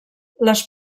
les